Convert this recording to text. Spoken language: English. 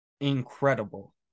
incredible